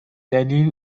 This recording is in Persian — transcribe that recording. دلیل